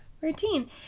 routine